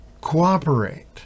Cooperate